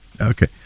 okay